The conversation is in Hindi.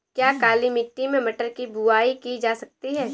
क्या काली मिट्टी में मटर की बुआई की जा सकती है?